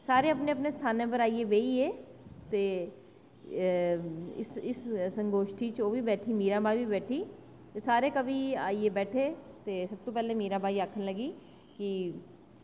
सारे अपने अपने स्थानें उप्पर आह्नियै बेही गे ते इस संगोष्ठी च ओह्बी बैठी ते सारे कवि आइयै बैठे ते सब तू पैह्लें मीराबाई आक्खन लगी कि